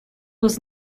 was